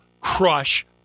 crush